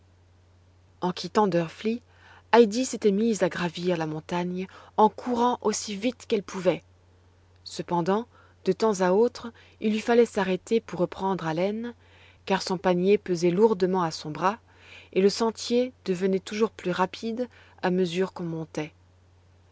en quittant drfli heidi s'était mise à gravir la montagne en courant aussi vite qu'elle pouvait cependant de temps à autre il lui fallait s'arrêter pour reprendre haleine car son panier pesait lourdement à son bras et le sentier devenait toujours plus rapide à mesure qu'on montait